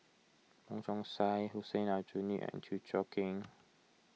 Wong Chong Sai Hussein Aljunied and Chew Choo Keng